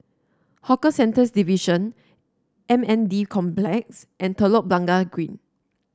Hawker Centres Division M N D Complex and Telok Blangah Green